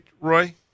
Roy